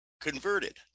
converted